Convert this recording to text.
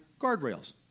guardrails